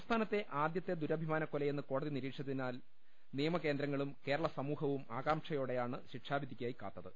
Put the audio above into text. സംസ്ഥാനത്തെ ആദ്യത്തെ ദുരഭിമാനക്കൊലയെന്ന് കോടതി നിരീക്ഷിച്ചതിനാൽ നിയമ കേന്ദ്രങ്ങളും കേരള സമൂഹവും ആകാംക്ഷയോടെയാണ് ശിക്ഷാവിധിക്കായി കാത്തത്